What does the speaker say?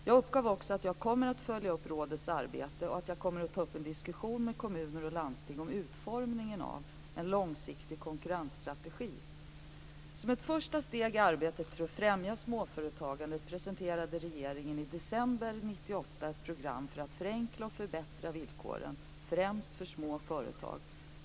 Jag uppgav också att jag kommer att följa upp rådets arbete och att jag kommer att ta upp en diskussion med kommuner och landsting om utformningen av en långsiktig konkurrensstrategi. Som ett första steg i arbetet för att främja småföretagandet presenterade regeringen i december 1998 ett program för att förenkla och förbättra villkoren främst för små företag.